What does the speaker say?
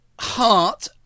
heart